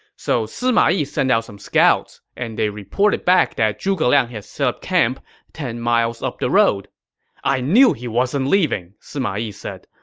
so sima yi sent out some scouts, and they reported back that zhuge liang had set up another camp ten miles up the road i knew he wasn't leaving, sima yi said.